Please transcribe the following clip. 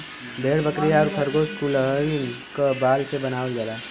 भेड़ बकरी आउर खरगोस कुलहीन क बाल से बनावल जाला